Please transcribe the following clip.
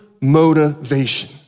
motivation